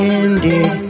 ended